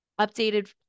updated